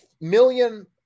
million